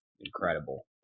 incredible